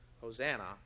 Hosanna